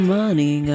money